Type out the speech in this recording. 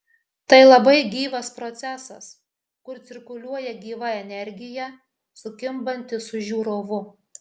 tai labai gyvas procesas kur cirkuliuoja gyva energija sukimbanti su žiūrovu